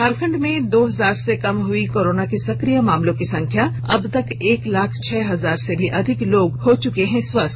झारखण्ड में दो हजार से कम हुई कोरोना के सकिय मामलों की संख्या अब तक एक लाख छह हजार से भी अधिक लोग हो चुके हैं स्वस्थ